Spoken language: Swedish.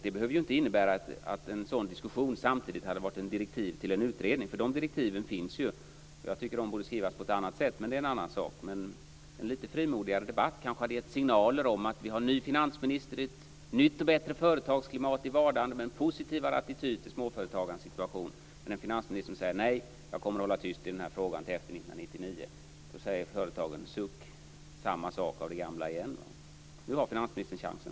Det behöver ju inte innebära att en sådan diskussion samtidigt hade varit direktiv till en utredning, eftersom dessa direktiv finns, och jag tycker att de borde skrivas på ett annat sätt. Men det är en annan sak. Men en lite frimodigare debatt kanske hade gett signaler om att vi har en ny finansminister och att det är ett nytt och bättre företagsklimat i vardande med en positivare attityd till småföretagarnas situation. Men finansministern säger: Nej, jag kommer att hålla tyst i den här frågan till efter 1999. Då säger företagarna: Suck, samma sak av det gamla igen. Nu har finansministern chansen.